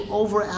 over